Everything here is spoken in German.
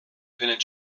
können